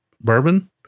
bourbon